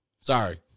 sorry